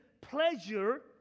pleasure